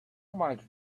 much